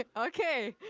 ah okay.